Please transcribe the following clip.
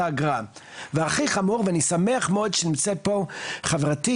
אני שמח מאוד שנמצאת פה חברתי,